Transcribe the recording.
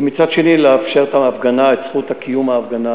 וגם לאפשר את זכות קיום ההפגנה